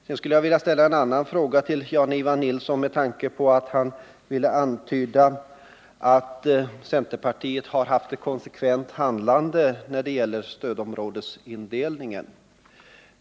Sedan skulle jag vilja ställa en annan fråga till Jan-Ivan Nilsson med anledning av att han ville antyda att centerpartiet handlat konsekvent när det gäller stödområdesindelningen.